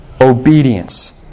obedience